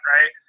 Right